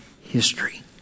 history